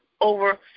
over